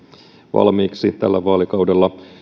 valmiiksi tällä vaalikaudella